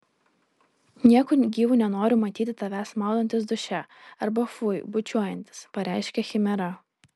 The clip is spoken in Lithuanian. nieku gyvu nenoriu matyti tavęs maudantis duše arba fui bučiuojantis pareiškė chimera